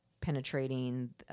penetrating